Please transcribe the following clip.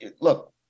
Look